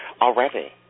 Already